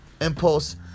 Impulse